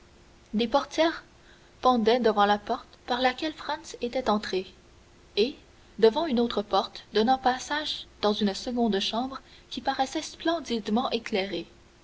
des portières pendaient devant la porte par laquelle franz était entré et devant une autre porte donnant passage dans une seconde chambre qui paraissait splendidement éclairée